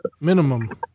minimum